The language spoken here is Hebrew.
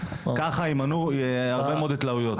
כך נמנע הרבה מאוד התלהמות.